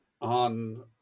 on